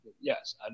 Yes